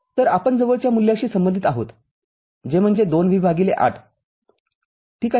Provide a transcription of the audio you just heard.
तर आपण जवळच्या मूल्याशी संबंधित आहोत जे म्हणजे २ V ८ - ठीक आहे